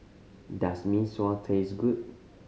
does Mee Sua taste good